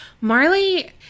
Marley